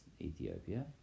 Ethiopia